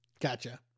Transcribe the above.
Gotcha